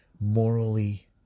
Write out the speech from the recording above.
morally